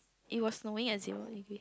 it was snowing at zero degree